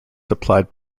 supplied